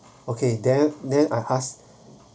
okay then then I asked